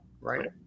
Right